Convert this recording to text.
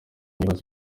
yibaza